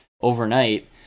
overnight